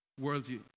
worldview